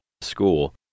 school